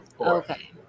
okay